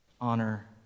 honor